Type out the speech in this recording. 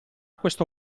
questo